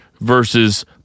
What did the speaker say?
versus